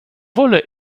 wolle